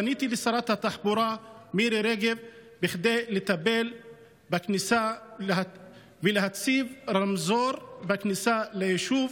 פניתי לשרת התחבורה מירי רגב בכדי לקבל ולהציב רמזור בכניסה ליישוב